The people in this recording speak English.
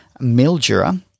Mildura